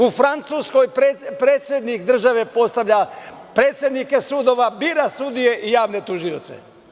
U Francuskoj predsednik države postavlja predsednike sudova, bira sudije i javne tužioce.